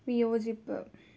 വിയോജിപ്പ്